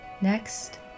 Next